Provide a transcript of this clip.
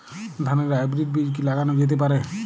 ধানের হাইব্রীড বীজ কি লাগানো যেতে পারে?